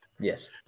Yes